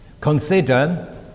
consider